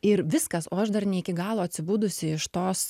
ir viskas o aš dar ne iki galo atsibudusi iš tos